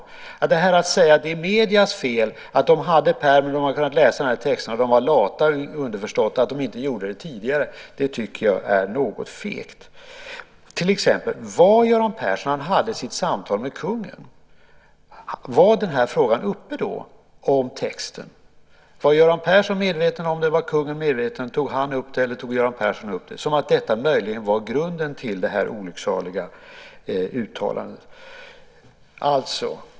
Jag tycker att det är något fegt att säga att detta är mediernas fel eftersom de hade pärmen och hade kunnat läsa texterna och underförstått var lata för att de inte gjorde det tidigare. Var frågan om texten till exempel uppe när Göran Persson hade sitt samtal med kungen? Var Göran Persson medveten om det och var kungen medveten om det? Tog kungen upp det eller tog Göran Persson upp att detta möjligen var grunden till det olycksaliga uttalandet?